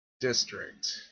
district